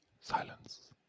Silence